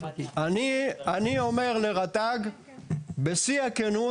אני אומר לרט"ג בשיא הכנות,